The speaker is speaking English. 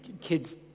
kids